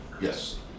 Yes